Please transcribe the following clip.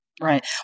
right